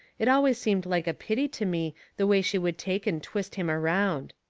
it always seemed like a pity to me the way she would take and twist him around.